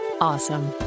awesome